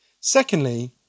Secondly